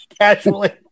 casually